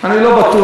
אני לא בטוח.